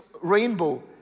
rainbow